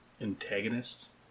Antagonists